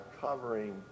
covering